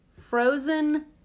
frozen